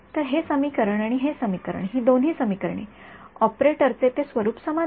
तर हे समीकरण आणि हे समीकरण ही दोन्ही समीकरणे ऑपरेटरचे ते स्वरूप समान आहे